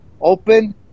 open